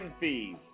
fees